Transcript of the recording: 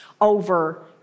over